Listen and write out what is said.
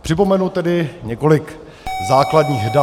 Připomenu tedy několik základních dat.